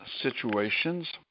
situations